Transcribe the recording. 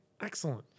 excellent